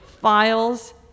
files